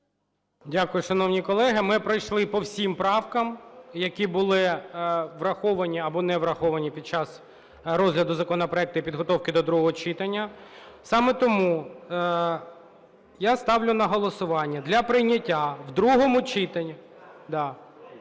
Дякую, шановні колеги. Ми пройшли по всім правкам, які були враховані або не враховані під час розгляду законопроекту і підготовки до другого читання. Саме тому я ставлю на голосування для прийняття в другому читанні…